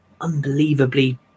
unbelievably